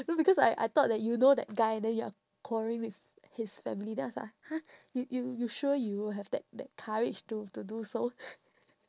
no because I I thought that you know that guy then you are quarrelling with his family then I was like !huh! you you you sure you will have that that courage to to do so